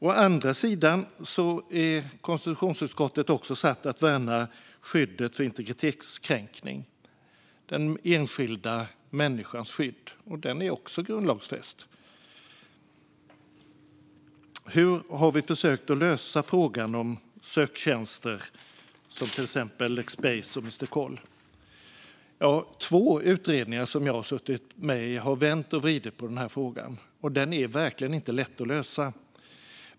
Å andra sidan är konstitutionsutskottet också satt att värna den enskilda människans skydd mot integritetskränkning. Det är också grundlagsfäst. Hur har vi försökt lösa frågan om söktjänster som Lexbase och Mrkoll? Två utredningar som jag suttit med i har vänt och vridit på frågan. Den är verkligen inte lätt att lösa.